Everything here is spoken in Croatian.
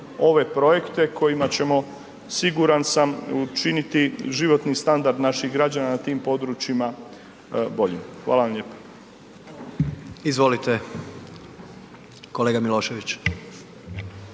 ove projekte kojima ćemo siguran sam učiniti životni standard naših građana na tim područjima boljim. Hvala vam lijepo. **Jandroković,